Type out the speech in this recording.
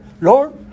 Lord